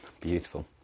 Beautiful